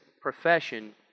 profession